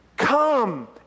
Come